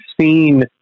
seen